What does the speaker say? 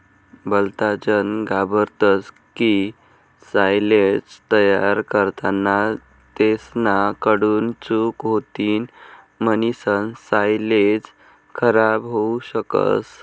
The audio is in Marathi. भलताजन घाबरतस की सायलेज तयार करताना तेसना कडून चूक होतीन म्हणीसन सायलेज खराब होवू शकस